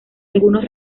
algunos